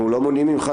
אנחנו לא מונעים ממך.